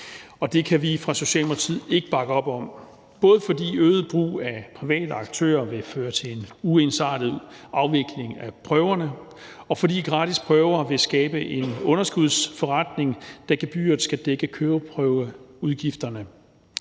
Det kan vi fra Socialdemokratiets side ikke bakke op om, både fordi øget brug af private aktører vil føre til en uensartet afvikling af prøverne, og fordi gratis prøver vil skabe en underskudsforretning, da gebyret skal dække køreprøveudgifterne,